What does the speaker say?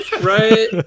right